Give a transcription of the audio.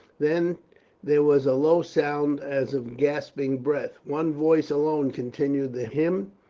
then there was a low sound as of gasping breath. one voice alone continued the hymn,